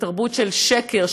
זה תרבות של שקר,